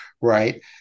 right